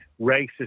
racist